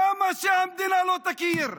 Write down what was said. למה שהמדינה לא תכיר?